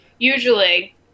Usually